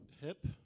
hip